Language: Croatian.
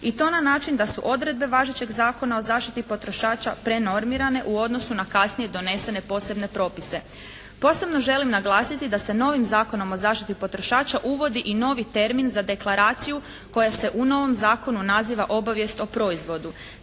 i to na način da su odredbe važećeg Zakona o zaštiti potrošača prenormirane u odnosu na kasnije donesene posebne propise. Posebno želim naglasiti da se novim Zakonom o zaštiti potrošača uvodi i novi termin za deklaraciju koja se u novom zakonu naziva obavijest o proizvodu.